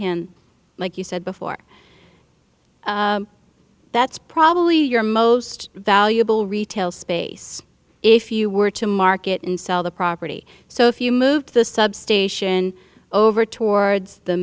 hand like you said before that's probably your most valuable retail space if you were to market and sell the property so if you moved the substation over towards the